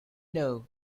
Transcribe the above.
know